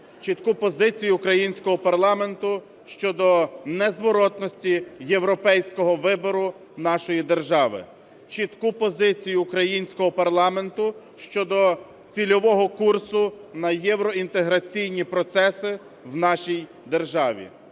чітку позицію українського парламенту щодо незворотності європейського вибору нашої держави, чітку позицію українського парламенту щодо цільового курсу на євроінтеграційні процеси в нашій державі.